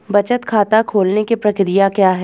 बचत खाता खोलने की प्रक्रिया क्या है?